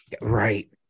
Right